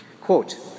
Quote